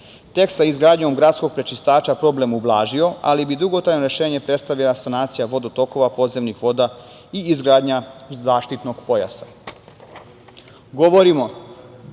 Tek sa izgradnjom gradskog prečistača bi se problem ublažio, ali bi dugotrajno rešenje predstavljala sanacija vodotokova, podzemnih voda i izgradnja zaštitnog pojasa.